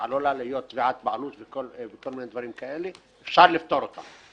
בשער הנגב יש מכללה ולמכללה יש גמישות לתת מקצועות לתעשייה עצמה,